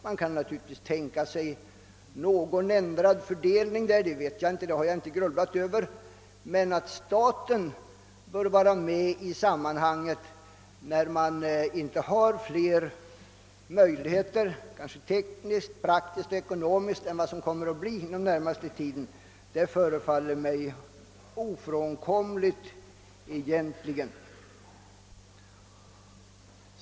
Man kan naturligtvis tänka sig en något ändrad fördelning därvidlag. Men att staten bör vara med i sammanhanget när man nu inte har flera möjligheter — vare sig tekniskt, praktiskt eller ekonomiskt — än vad som bjuds den närmaste framtiden, det förefaller mig ofrånkomligt.